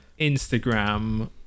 Instagram